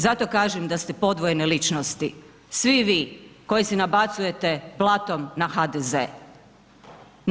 Zato kažem da ste podvojene ličnosti svi vi koji se nabacujete blatom na HDZ-e.